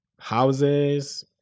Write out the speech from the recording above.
houses